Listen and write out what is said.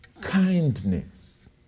kindness